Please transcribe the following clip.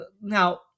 now